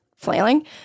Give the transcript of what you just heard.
flailing